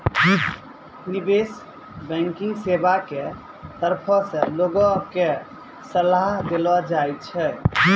निबेश बैंकिग सेबा के तरफो से लोगो के सलाहो देलो जाय छै